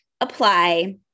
apply